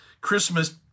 Christmas